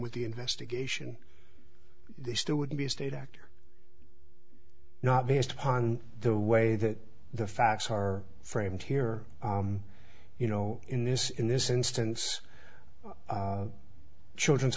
with the investigation they still would be a state actor not based upon the way that the facts are framed here you know in this in this instance children's